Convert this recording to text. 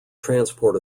transport